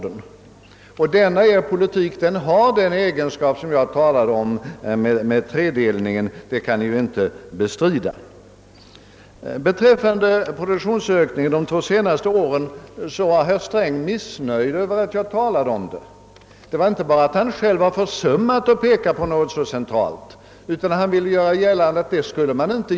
Den socialdemokratiska politiken har en sådan tredelning av företagen som jag talade om — det kan inte bestridas. Herr Sträng var missnöjd över att jag talade om produktionsökningen under de senaste åren. Det är inte bara så att han själv har försummat att peka på något så centralt som detta, utan han vill också göra gällande att man inte borde göra det.